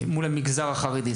החרדים.